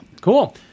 Cool